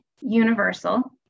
universal